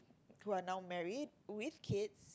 who are now married with kids